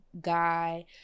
guy